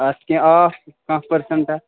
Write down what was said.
اَتھ کیٚنٛہہ آف کانٛہہ پٔرسَنٹاہ